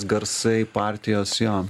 garsai partijos jo